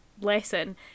lesson